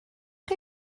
chi